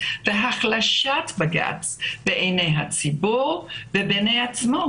והחלשה של בג"ץ בעיני הציבור ובעיני עצמו,